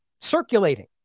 Circulating